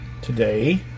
today